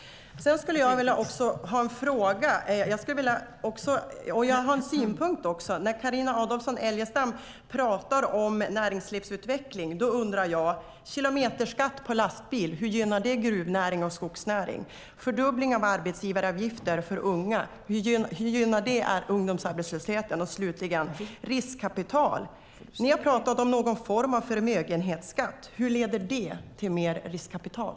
Jag har också några frågor och synpunkter. När Carina Adolfsson Elgestam pratar om näringslivsutveckling undrar jag: En kilometerskatt på lastbil, hur gynnar det gruvnäringen och skogsnäringen? En fördubbling av arbetsgivaravgifterna för unga, hur motverkar det ungdomsarbetslösheten? Ni har pratat om någon form av förmögenhetsskatt. Hur leder det till mer riskkapital?